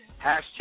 hashtag